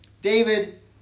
David